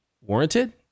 warranted